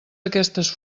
aquestes